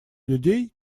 людей